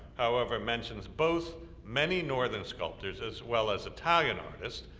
however, mentions both many northern sculptors as well as italian artists,